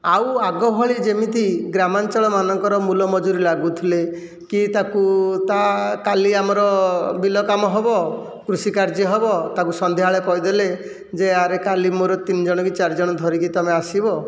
ଆଉ ଆଗ ଭଳି ଯେମିତି ଗ୍ରାମାଞ୍ଚଳ ମାନଙ୍କର ମୂଲ ମଜୁରୀ ଲାଗୁଥିଲେ କି ତାକୁ ତା' କାଲି ଆମର ବିଲ କାମ ହେବ କୃଷି କାର୍ଯ୍ୟ ହେବ ତାକୁ ସନ୍ଧ୍ୟାବେଳେ କହିଦେଲେ ଯେ ଆରେ କାଲି ମୋର ତିନିଜଣ କି ଚାରି ଜଣ ଧରିକି ତୁମେ ଆସିବ